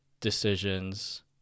decisions